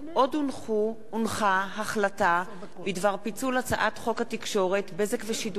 החלטה בדבר פיצול הצעת חוק התקשורת (בזק ושידורים) (תיקון מס'